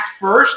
first